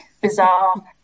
bizarre